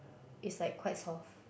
it's like quite soft